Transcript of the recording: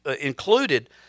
included